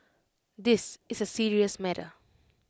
this is A serious matter